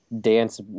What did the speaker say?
dance